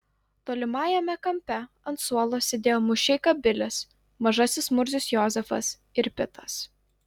tolimajame kampe ant suolo sėdėjo mušeika bilis mažasis murzius jozefas ir pitas